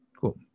Cool